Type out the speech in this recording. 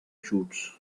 shoots